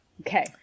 okay